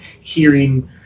hearing